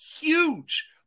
huge